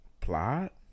Plot